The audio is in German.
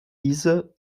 diese